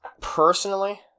personally